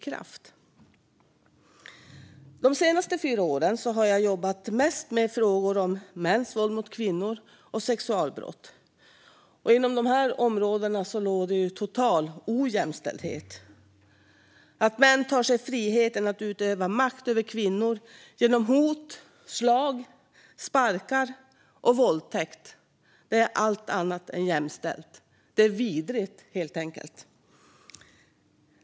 Skärpt syn på våldtäkt och andra sexuella kränkningar De senaste fyra åren har jag jobbat mest med frågor som mäns våld mot kvinnor och sexualbrott. Och inom dessa områden råder ju total ojämställdhet. Att män tar sig friheten att utöva makt över kvinnor genom hot, slag, sparkar och våldtäkt är allt annat än jämställt. Det är vidrigt, helt enkelt.